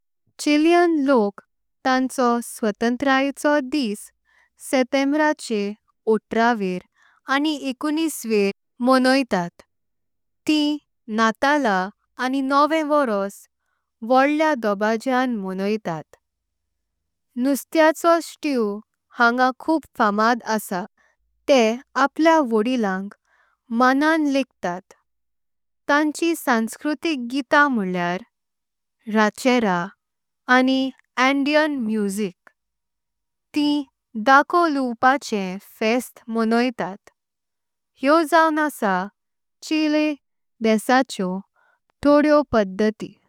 चिलीअन लोक तांचो स्वतंत्रतायेचो दिस सेप्तेंबरचे ओत्रवेणी आनी एकोंनिसावेणी मोणयोतात तीं नातळ आनी नवे वर्स व्होड्डलें धोपाज्याच यादिबाजार मोणयोतात नुस्तेचो स्ट्यू। हांगा खूब फामद आसा ते आपल्या व्होड्डिलांक मानान। लेक्टात तांचीं संस्कृतिक गीता म्होल्ल्यार राखेर आनी। अंडियन म्युजिक तीं धाको लूणपाचे फेस्ट मोणयोतात। हेव जाऊन आसा चिली देशाचें तोंडीयो पद्धती।